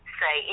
say